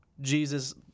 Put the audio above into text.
Jesus